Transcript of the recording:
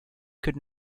could